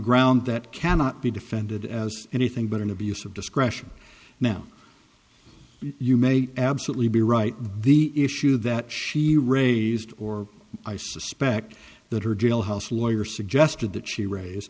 ground that cannot be defended as anything but an abuse of discretion now you may absolutely be right the issue that she raised or i suspect that her jailhouse lawyer suggested that she raise